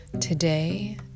today